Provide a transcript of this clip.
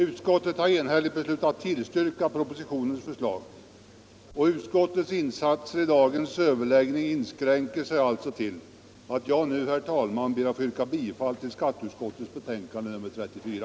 Utskottet har enhälligt beslutat tillstyrka propositionens förslag, och utskottets insatser i dagens överläggning inskränker sig alltså till att jag nu, herr talman, ber att få yrka bifall till skatteutskottets betänkande nr 34.